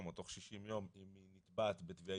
או תוך שישים יום אם היא נתבעת בתביעה